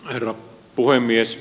herra puhemies